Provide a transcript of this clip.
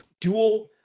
dual